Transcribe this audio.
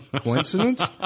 Coincidence